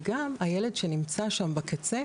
וגם הילד שנמצא שם בקצה,